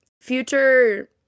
future